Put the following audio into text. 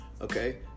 Okay